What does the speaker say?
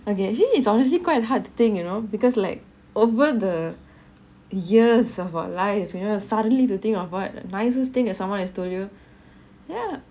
okay actually it's honestly quite hard to think you know because like over the years of our life you know suddenly to think of what the nicest thing thats someone has told you ya